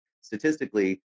statistically